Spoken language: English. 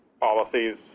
policies